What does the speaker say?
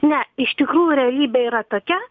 ne iš tikrųjų realybė yra tokia